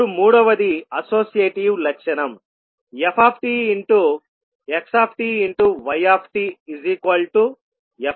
ఇప్పుడు మూడవది అసోసియేటివ్ లక్షణంftxtytftxtyt